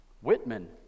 Whitman